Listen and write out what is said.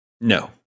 No